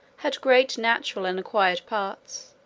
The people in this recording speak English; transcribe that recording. had great natural and acquired parts,